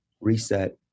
reset